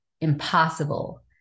impossible